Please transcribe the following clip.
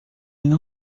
não